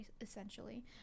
essentially